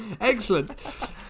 Excellent